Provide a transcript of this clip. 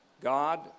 God